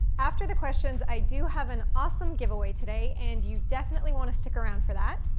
after the questions, i do have an awesome giveaway today and you definitely wanna stick around for that.